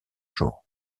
jour